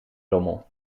rommel